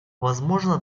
возможно